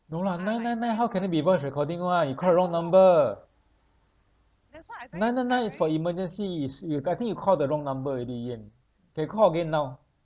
no lah nine nine nine how can it be voice recording [one] you call the wrong number nine nine nine is for emergency is you I think you called the wrong number already yan kay you call again now